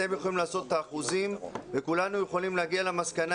אתם יכולים לראות את האחוזים וכולנו יכולים להגיע למסקנה